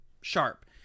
sharp